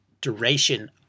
duration